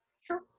Sure